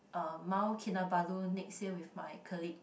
uh Mount-Kinabalu next year with my colleague